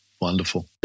Wonderful